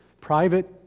private